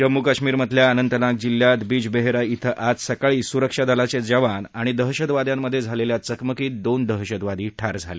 जम्मू कश्मीरमधल्या अनंतनाग जिल्ह्यात बीजबेहरा क्रि आज सकाळी सुरक्षा दलाचे जवान आणि दहशतवाद्यांमध्ये झालेल्या चकमकीत दोन दहशतवादी ठार झाले